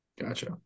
Gotcha